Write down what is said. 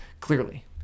Clearly